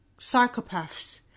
psychopaths